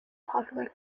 popular